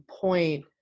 point